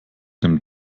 dem